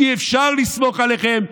אי-אפשר לסמוך עליכם.